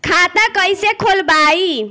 खाता कईसे खोलबाइ?